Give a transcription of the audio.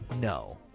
No